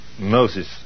Moses